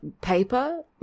paper